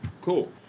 Cool